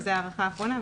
וזו ההארכה האחרונה.